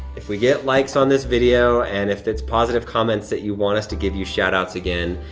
if we get likes on this video and if it's positive comments that you want us to give you shout-outs again,